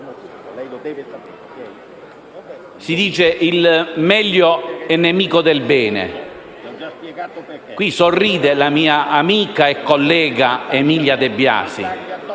Si dice che il meglio è nemico del bene. Qui sorride la mia amica e collega Emilia De Biasi,